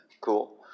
cool